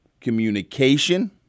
communication